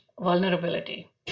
vulnerability